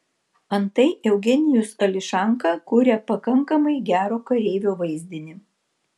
antai eugenijus ališanka kuria pakankamai gero kareivio vaizdinį